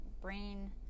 brain